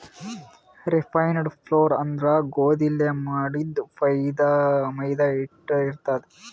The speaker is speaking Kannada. ರಿಫೈನ್ಡ್ ಫ್ಲೋರ್ ಅಂದ್ರ ಗೋಧಿಲೇ ಮಾಡಿದ್ದ್ ಮೈದಾ ಹಿಟ್ಟ್ ಇರ್ತದ್